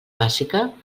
bàsica